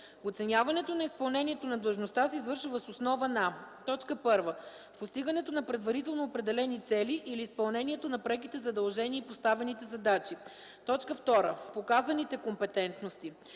Оценяването на изпълнението на длъжността се извършва въз основа на: 1. постигането на предварително определени цели или изпълнението на преките задължения и поставените задачи; 2. показаните компетентности.